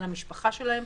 על המשפחה שלהם,